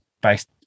based